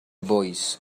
voice